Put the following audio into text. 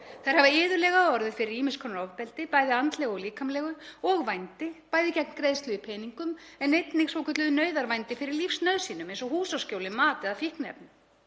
Þær hafa iðulega orðið fyrir ýmiss konar ofbeldi, bæði andlegu og líkamlegu, og vændi, bæði gegn greiðslu í peningum en einnig svokölluðu nauðarvændi fyrir lífsnauðsynjum eins og húsaskjóli, mat eða fíkniefnum.